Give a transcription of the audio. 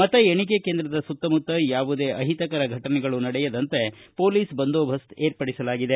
ಮತ ಎಣಿಕೆ ಕೇಂದ್ರದ ಸುತ್ತಮುತ್ತ ಯಾವುದೇ ಅಹಿತಕರ ಫಟನೆ ನಡೆಯದಂತೆ ಪೋಲಿಸ್ ಬಂದೋಬಸ್ತೆ ಏರ್ಪಡಿಸಲಾಗಿದೆ